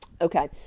okay